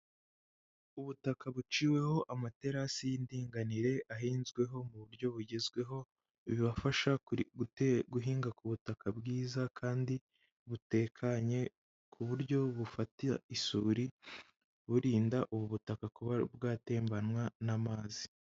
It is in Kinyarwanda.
Ubutaka buciweho amaterasi y'indinganire ahinzweho mu buryo bugezweho, bibafasha guhinga ku butaka bwiza kandi butekanye ku buryo bufatira isuri burinda ubu butaka kuba bwatembanwa n'amazi.